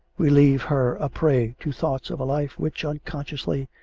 we leave her a prey to thoughts of a life which, unconsciously,